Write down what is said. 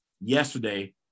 yesterday